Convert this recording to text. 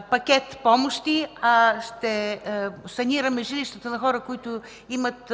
пакет помощи, а ще санираме жилищата на хора, които имат